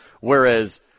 whereas